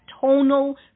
tonal